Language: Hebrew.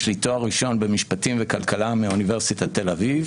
יש לי תואר ראשון במשפטים וכלכלה מאוניברסיטת תל אביב.